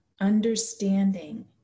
understanding